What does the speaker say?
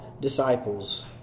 disciples